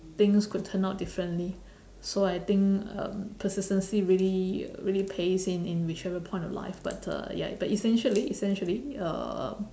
things could turn out differently so I think um persistency really really pays in in whichever point of life but uh ya but essentially essentially uh